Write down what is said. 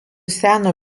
seno